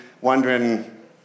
wondering